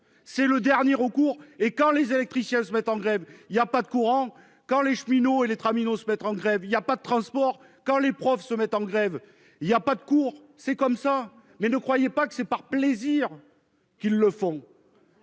est le dernier recours. Quand les électriciens se mettent en grève, il n'y a pas de courant. Quand les cheminots et les traminots se mettent en grève, il n'y a pas de transport. Quand les professeurs se mettent en grève, il n'y a pas de cours. C'est ainsi, mais ne croyez pas que c'est par plaisir qu'ils le font.